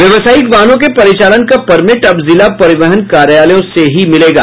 व्यवसायिक वाहनों के परिचालन का परमिट अब जिला परिवहन कार्यालयों से ही मिलेगा